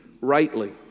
rightly